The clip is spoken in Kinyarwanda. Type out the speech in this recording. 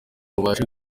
rubashe